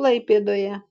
klaipėdoje